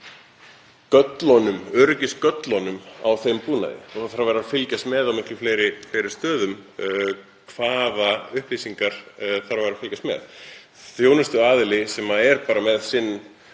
göllunum, öryggisgöllunum á þeim búnaði. Hún þarf að vera að fylgjast með á miklu fleiri stöðum hvaða upplýsingum þarf að fylgjast með. Þjónustuaðili sem er bara með sinn